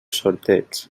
sorteig